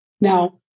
Now